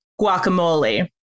guacamole